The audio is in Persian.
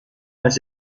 است